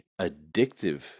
addictive